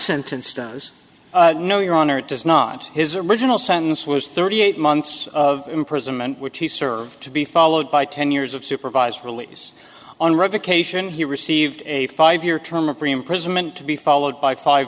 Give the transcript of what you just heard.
sentence does no your honor it does not his original sentence was thirty eight months of imprisonment which he served to be followed by ten years of supervised release on revocation he received a five year term of three imprisonment to be followed by five